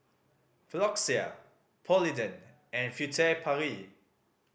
Floxia Polident and Furtere Paris